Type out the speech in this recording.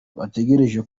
bategereje